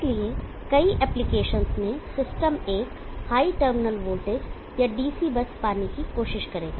इसलिए कई एप्लीकेशन में सिस्टम एक हाई टर्मिनल वोल्टेज या DC बस पाने की कोशिश करेगा